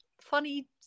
funny